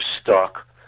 stuck